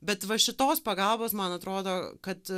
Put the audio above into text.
bet va šitos pagalbos man atrodo kad